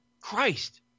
Christ